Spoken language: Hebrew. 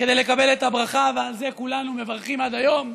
כדי לקבל את הברכה, ועל זה כולנו מברכים עד היום,